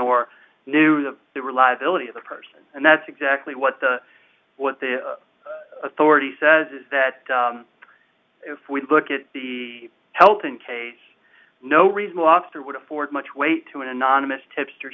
or knew the reliability of the person and that's exactly what the what the authority says is that if we look at the help in case no reason lost it would afford much weight to an anonymous tipst